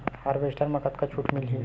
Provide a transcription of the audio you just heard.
Harvester म कतका छूट मिलही?